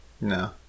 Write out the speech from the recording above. No